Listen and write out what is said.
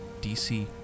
DC